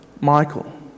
Michael